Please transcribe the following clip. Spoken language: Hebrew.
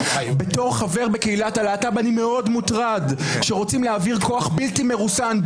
בתור חבר בקהילת הלהט"ב אני מאוד מוטרד שרוצים להעביר כוח בלתי מרוסן,